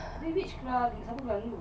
tapi winx club